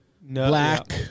Black